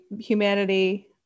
humanity